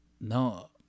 No